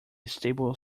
stable